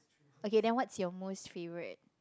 okay then what's your most favorite